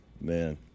Man